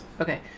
Okay